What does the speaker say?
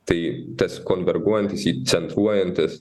tai tas konverguojantis įcentruojantis